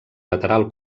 lateral